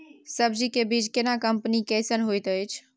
सब्जी के बीज केना कंपनी कैसन होयत अछि?